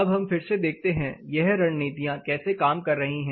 अब हम फिर से देखते हैं यह रणनीतियां कैसे काम कर रही हैं